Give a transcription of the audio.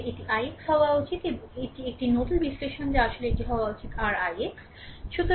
আসলে এটি ix হওয়া উচিত এটি একটি নোডাল বিশ্লেষণ যা আসলে এটি হওয়া উচিত r ix